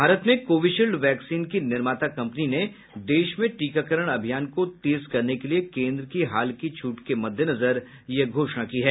भारत में Covishield vaccine की निर्माता कम्पनी ने देश में टीकाकरण अभियान को तेज करने के लिए केन्द्र की हाल की छूट के मद्देनजर यह घोषणा की है